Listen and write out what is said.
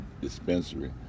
dispensary